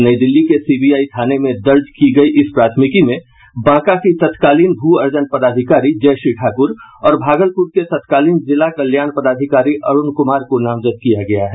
नई दिल्ली के सीबीआई थाने में दर्ज की गयी इस प्राथमिकी में बांका की तत्कालीन भू अर्जन पदाधिकारी जयश्री ठाकुर और भागलपुर के तत्कालीन जिला कल्याण पदाधिकारी अरूण कुमार को नामजद किया गया है